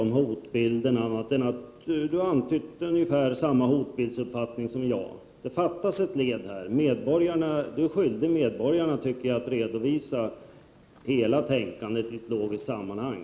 Jan Jennehag har antytt att han har ungefär samma uppfattning om hotbilden som jag. Det fattas ett led här. Jag tycker att Jan Jennehag är skyldig medborgarna att redovisa hela tänkandet i ett logiskt sammanhang.